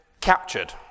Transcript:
captured